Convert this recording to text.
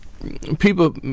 People